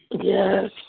Yes